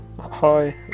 Hi